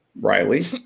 Riley